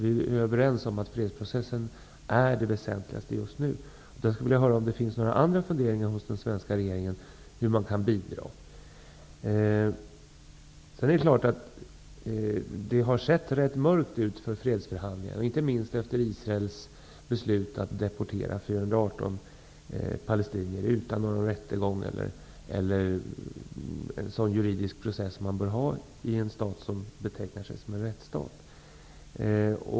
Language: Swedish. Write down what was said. Vi är ju överens om att fredsprocessen är det mest väsentliga just nu, därför skulle jag vilja veta om det finns andra funderingar hos den svenska regeringen om hur man kan bidra. Det har sett rätt mörkt ut för fredsförhandlingar, inte minst efter Israels beslut att deportera 418 palestinier utan någon rättegång eller den juridiska process som man bör ha i en stat som betecknar sig såsom rättsstat.